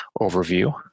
overview